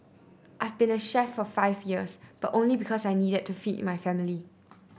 I've been a chef for five years but only because I needed to feed my family